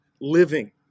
living